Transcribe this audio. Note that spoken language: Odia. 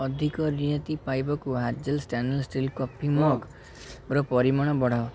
ଅଧିକ ରିହାତି ପାଇବାକୁ hazel stainless steel coffee mug ର ପରିମାଣ ବଢ଼ାଅ